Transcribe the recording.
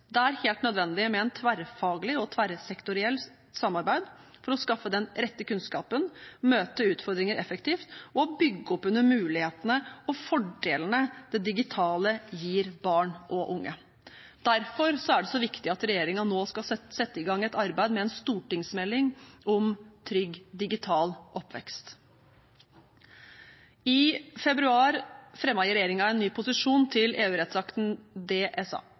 Det er helt nødvendig med et tverrfaglig og tverrsektorielt samarbeid for å skaffe den rette kunnskapen, møte utfordringer effektivt og bygge opp under mulighetene og fordelene det digitale gir barn og unge. Derfor er det så viktig at regjeringen nå skal sette i gang et arbeid med en stortingsmelding om trygg digital oppvekst. I februar fremmet regjeringen en ny posisjon til